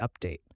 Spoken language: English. update